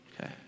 Okay